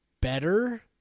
better